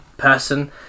person